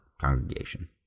congregation